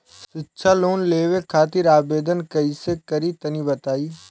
शिक्षा लोन लेवे खातिर आवेदन कइसे करि तनि बताई?